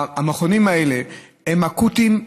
המכונים האלה הם אקוטיים.